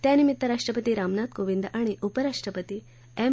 त्यानिमित्त राष्ट्रपती रामनाथ कोविंद आणि उपराष्ट्रपती एम